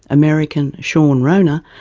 american sean wrona,